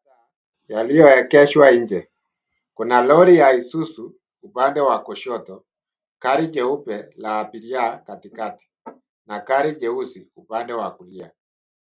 Magari yaliyoegeshwa nje, kuna lori ya isuzu upande wa kushoto, gari jeupe upande la abiria katikati na gari jeusi upande wa kulia.